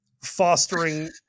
fostering